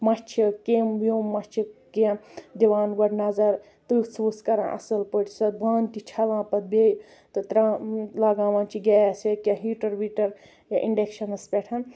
مَچھہِ کیمۍ ویم ما چھِ کیٚنٛہہ دِوان گۄڈٕ نظر تٕژھ وٕژھ کَران اصل پٲٹھۍ سۄ بانہٕ تہِ چھلان پَتہٕ بیٚیہِ تہٕ ترا لَگاوان چھِ گیس یا کینٛہہ ہیٹر ویٹر یا اِنڑَکشَنَس پٮ۪ٹھ